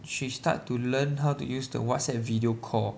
she start to learn how to use the WhatsApp video call